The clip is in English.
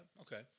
Okay